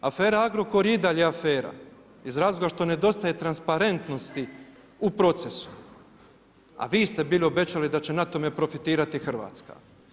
Afera Agrokor je i dalje afera iz razloga što nedostaje transparentnosti u procesu a vi ste bili obećali da će na tome profitirati Hrvatska.